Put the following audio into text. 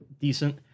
decent